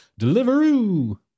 Deliveroo